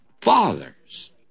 fathers